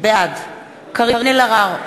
בעד קארין אלהרר,